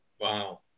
Wow